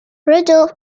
rudolf